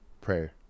prayer